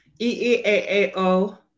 E-E-A-A-O